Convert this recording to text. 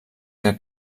que